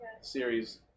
series